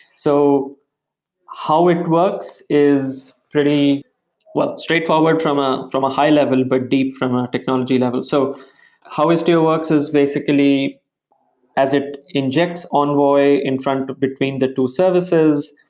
so how it works is pretty well, straightforward from ah from a high-level, but deep from a technology level. so how istio works is basically as it injects envoy in front between the two services,